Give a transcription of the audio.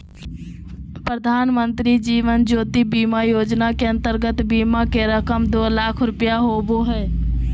प्रधानमंत्री जीवन ज्योति बीमा योजना के अंतर्गत बीमा के रकम दो लाख रुपया होबो हइ